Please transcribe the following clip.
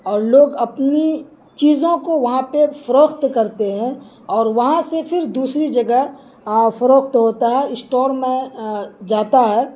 اور لوگ اپنی چیزوں کو وہاں پہ فروخت کرتے ہیں اور وہاں سے پھر دوسری جگہ فروخت ہوتا ہے اسٹور میں جاتا ہے